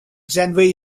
janeway